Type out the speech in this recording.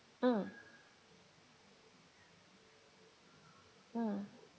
mm mm